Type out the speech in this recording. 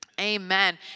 Amen